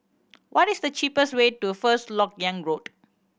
what is the cheapest way to First Lok Yang Road